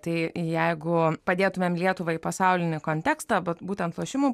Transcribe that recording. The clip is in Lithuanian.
tai jeigu padėtumėm lietuvą į pasaulinį kontekstą būtent lošimų